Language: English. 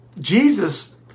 Jesus